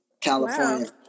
California